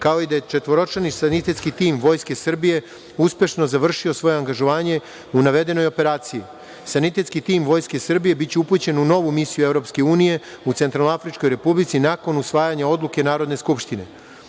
kao i da četvoročlani sanitetski tim Vojske Srbije uspešno završio svoje angažovanje u navedene operacije. Sanitetski tim Vojske Srbije biće upućen u novu misiju EU u Centralnoafričkoj Republici nakon usvajanja odluke Narodne skupštine. Druga